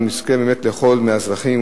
נוסף על כך נודה גם כן לצוות מחלקת